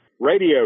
radio